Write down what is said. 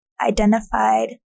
identified